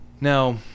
Now